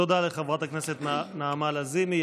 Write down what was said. תודה לחברת הכנסת נעמה לזימי.